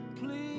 Please